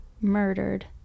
murdered